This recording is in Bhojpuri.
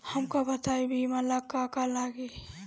हमका बताई बीमा ला का का लागी?